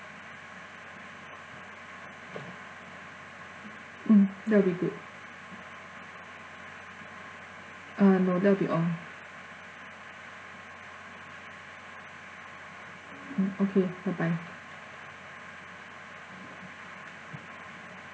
mm that will be good uh no that will be all mm okay bye bye